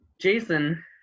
Jason